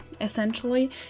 essentially